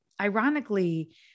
ironically